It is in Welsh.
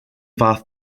fath